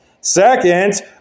Second